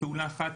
כפעולה אחת,